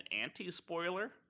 anti-spoiler